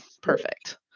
perfect